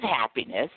happiness